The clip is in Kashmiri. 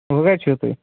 وۅنۍ کَتہِ چھُو تُہۍ